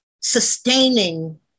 sustaining